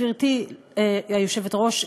גברתי היושבת-ראש,